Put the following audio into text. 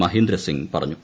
മഹേന്ദ്രസിംഗ് പറഞ്ഞു